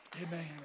Amen